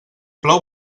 plou